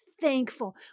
thankful